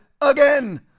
again